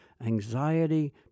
anxiety